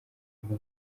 nti